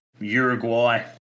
Uruguay